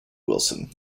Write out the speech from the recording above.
wilson